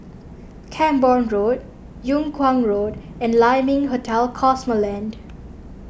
Camborne Road Yung Kuang Road and Lai Ming Hotel Cosmoland